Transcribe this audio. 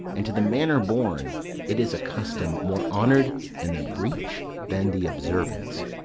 and to the manner born it is a custom more honour'd in the breach than the observance.